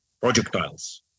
projectiles